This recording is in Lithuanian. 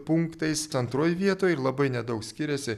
punktais antroj vietoj ir labai nedaug skiriasi